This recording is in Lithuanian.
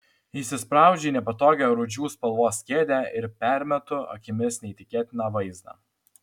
įsispraudžiu į nepatogią rūdžių spalvos kėdę ir permetu akimis neįtikėtiną vaizdą